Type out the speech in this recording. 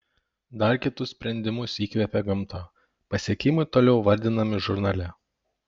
dar kitus sprendimus įkvėpė gamta pasiekimai toliau vardinami žurnale